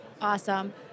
Awesome